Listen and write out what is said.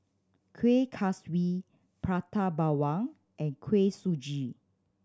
Kueh Kaswi Prata Bawang and Kuih Suji